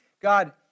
God